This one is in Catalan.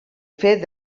fet